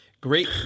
Great